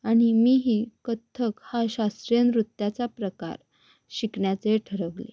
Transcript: आणि मीही कथ्थक हा शास्त्रीय नृत्याचा प्रकार शिकण्याचे ठरवले